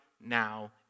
now